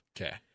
Okay